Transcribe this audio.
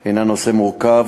היא נושא מורכב,